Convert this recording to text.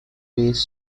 bass